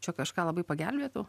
čia kažką labai pagelbėtų